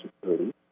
security